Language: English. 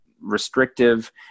restrictive